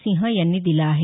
सिंह यांनी दिला आहे